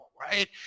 Right